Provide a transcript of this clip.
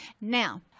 Now